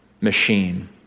machine